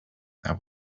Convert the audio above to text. that